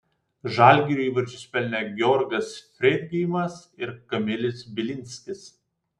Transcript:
žalgiriui įvarčius pelnė georgas freidgeimas ir kamilis bilinskis